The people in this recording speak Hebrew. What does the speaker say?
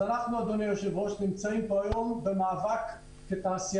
אז אנחנו נמצאים פה היום במאבק המתמשך